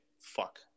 Fuck